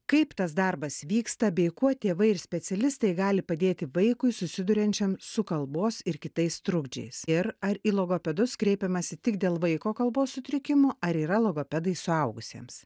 kaip tas darbas vyksta bei kuo tėvai ir specialistai gali padėti vaikui susiduriančiam su kalbos ir kitais trukdžiais ir ar į logopedus kreipiamasi tik dėl vaiko kalbos sutrikimų ar yra logopedai suaugusiems